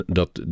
dat